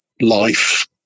life